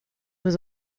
was